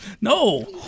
No